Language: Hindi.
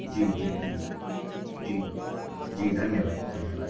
जी जी जी जी जी धन्यवाद धन्यवाद